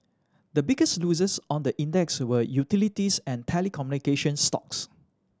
the biggest losers on the index were utilities and telecommunication stocks